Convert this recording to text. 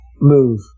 move